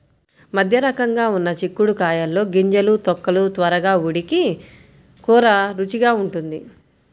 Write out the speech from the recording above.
మధ్యరకంగా ఉన్న చిక్కుడు కాయల్లో గింజలు, తొక్కలు త్వరగా ఉడికి కూర రుచిగా ఉంటుంది